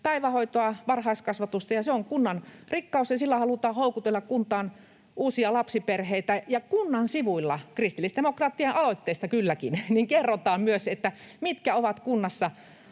päivähoitoa, varhaiskasvatusta ja se on kunnan rikkaus ja sillä halutaan houkutella kuntaan uusia lapsiperheitä. Ja kunnan sivuilla, kristillisdemokraattien aloitteesta kylläkin, myös kerrotaan, mitkä ovat kunnassa